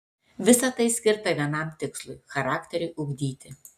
visa tai skirta vienam tikslui charakteriui ugdyti